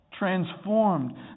transformed